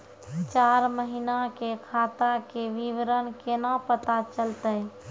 चार महिना के खाता के विवरण केना पता चलतै?